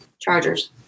Chargers